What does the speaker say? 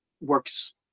works